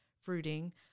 fruiting